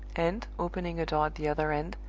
and, opening a door at the other end,